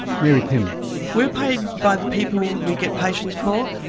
mary pym we're paid by the people we get patients for.